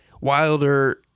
Wilder